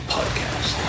Podcast